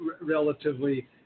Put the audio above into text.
relatively